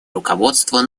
руководство